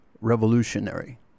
revolutionary